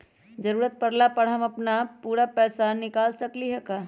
जरूरत परला पर हम अपन पूरा पैसा निकाल सकली ह का?